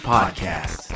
Podcast